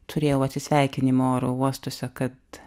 turėjau atsisveikinimo oro uostuose kad